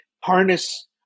harness